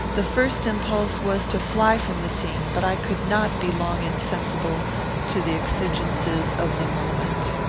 the first impulse was to fly from the scene but i could not be long insensible to the exigences of the moment.